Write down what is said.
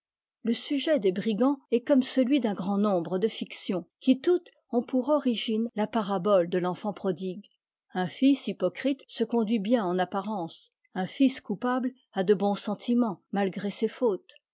le sujet des brigands est comme celui d'un grand nombre de fictions qui toutes ont pour origine la parabole de l'enfant prodigue un fils hypocrite se conduit bien en apparence un fils coupable a de bons sentiments malgré ses fautes